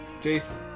Jason